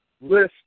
list